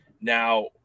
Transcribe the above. Now